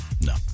No